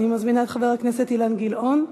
אני מזמינה את חבר הכנסת אילן גילאון.